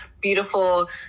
beautiful